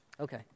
Okay